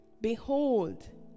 Behold